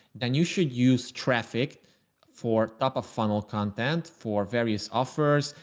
then you should use traffic for top of funnel content for various offers,